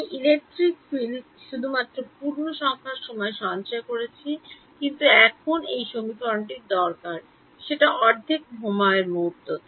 আমি electric field শুধুমাত্র পূর্ণসংখ্যার সময় সঞ্চয় করছি কিন্তু এখন এই সমীকরণ টির দরকার সেটা অর্ধেক সময়ের মুহূর্ত